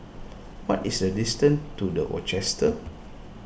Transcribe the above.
what is the distance to the Rochester